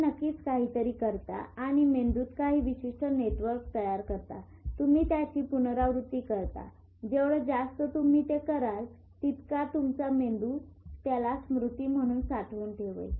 तुम्ही नक्कीच काहीतरी करता आणि मेंदूत काही विशिष्ट नेटवर्क तयार करतात तुम्ही त्याची पुनरावृत्ती करता जेवढं जास्त तुम्ही ते कराल तितका तुमचा मेंदू त्याला स्मृती म्हणून साठवून ठेवेल